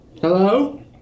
Hello